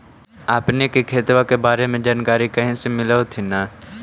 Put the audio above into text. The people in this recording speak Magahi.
अपने के खेतबा के बारे मे जनकरीया कही से मिल होथिं न?